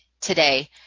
today